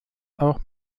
auch